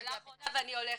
שאלה אחרונה ואני הולכת.